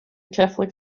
catholic